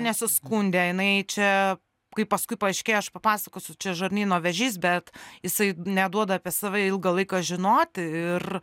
nesiskundė jinai čia kai paskui paaiškėjo aš papasakosiu čia žarnyno vėžys bet jisai neduoda apie save ilgą laiką žinoti ir